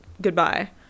Goodbye